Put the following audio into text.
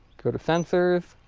go to sensors.